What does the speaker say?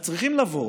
אז צריכים לבוא